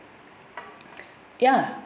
ya